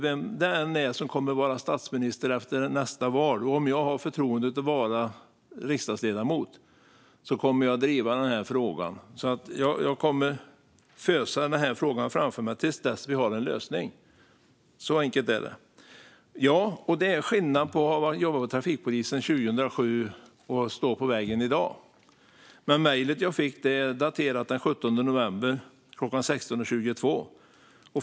Vem det än är som kommer att vara statsminister nästa val, och om jag har förtroendet att vara riksdagsledamot, kommer jag att driva den här frågan. Jag kommer att fösa den frågan framför mig till dess vi har en lösning. Så enkelt är det. Ja, det är skillnad på att jobba på trafikpolisen 2007 och att göra det i dag. Men mejlet jag fick är daterat den 17 november klockan 16.22.